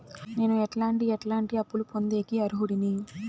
నేను ఎట్లాంటి ఎట్లాంటి అప్పులు పొందేకి అర్హుడిని?